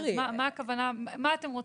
אז מה בעצם אתם רוצים להגיד?